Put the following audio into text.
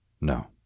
No